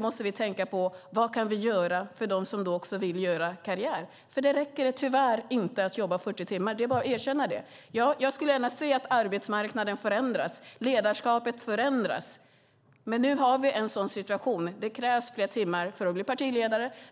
måste vi tänka på vad vi kan göra för dem som också vill göra karriär. Det räcker tyvärr inte att jobba 40 timmar. Det är bara att erkänna det. Jag skulle gärna se att arbetsmarknaden förändrades, att ledarskapet förändrades, men nu har vi en sådan situation att det krävs fler timmar för att bli partiledare.